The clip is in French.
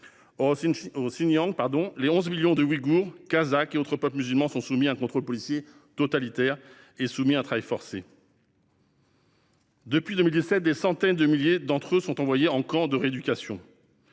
au Xinjiang, les 11 millions d'Ouïghours, de Kazakhs et autres peuples musulmans sont bel et bien soumis à un contrôle policier totalitaire et à un travail forcé. Depuis 2017, des centaines de milliers d'entre eux ont été envoyés en camps de rééducation.